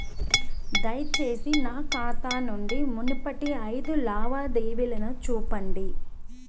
దయచేసి నా ఖాతా నుండి మునుపటి ఐదు లావాదేవీలను చూపండి